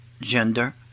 gender